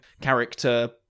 character